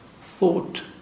thought